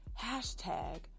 hashtag